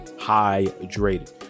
hydrated